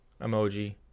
emoji